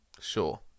Sure